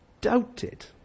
doubted